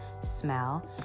smell